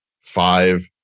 five